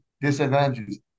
disadvantages